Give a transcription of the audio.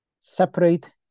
separate